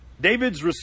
David's